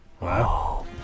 Wow